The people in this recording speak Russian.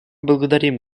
благодарим